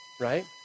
right